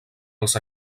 els